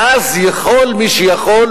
ואז יכול מי שיכול,